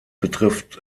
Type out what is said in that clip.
betrifft